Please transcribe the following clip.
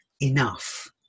enough